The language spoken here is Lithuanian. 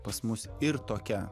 pas mus ir tokia